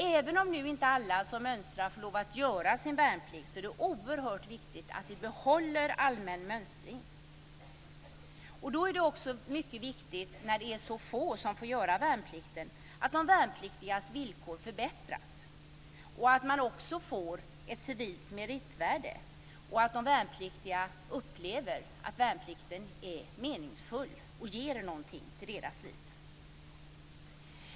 Även om inte alla som mönstrar får lov att göra sin värnplikt är det oerhört viktigt att vi behåller allmän mönstring. Det är också mycket viktigt, när det är så få som får göra värnplikten, att de värnpliktigas villkor förbättras, att man får ett civilt meritvärde och att de värnpliktiga upplever att värnplikten är meningsfull och ger någonting till deras liv.